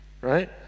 right